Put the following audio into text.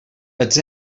els